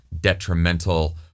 detrimental